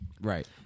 right